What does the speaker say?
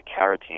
carotene